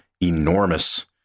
enormous